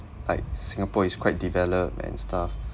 like singapore is quite developed and stuff